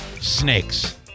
Snakes